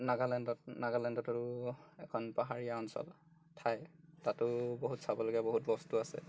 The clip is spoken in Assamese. নাগালেণ্ডত নাগালেণ্ডতো এখন পাহাৰীয়া অঞ্চল ঠাই তাতো বহুত চাবলগীয়া বহুত বস্তু আছে